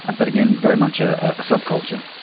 ah but again, very much ah a subculture.